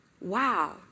wow